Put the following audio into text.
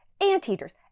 anteaters